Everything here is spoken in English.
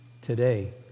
today